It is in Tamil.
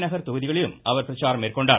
நகர் தொகுதிகளிலும் அவர் பிரச்சாரம் மேற்கொண்டார்